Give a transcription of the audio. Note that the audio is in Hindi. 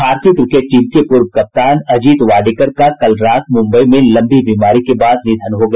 भारतीय क्रिकेट टीम के पूर्व कप्तान अजीत वाडेकर का कल रात मुंबई में लंबी बीमारी के बाद निधन हो गया